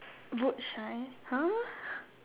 boot shine !huh!